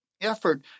effort